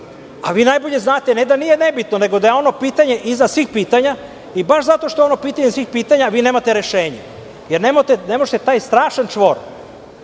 a vi najbolje znate, ne da nije nebitno, nego da je ono pitanje iznad svih pitanja i baš zato što je ono pitanje iznad svih pitanja, vi nemate rešenje, jer ne možete taj strašan čvor,